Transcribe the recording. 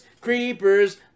creepers